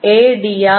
a